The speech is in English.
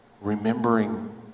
Remembering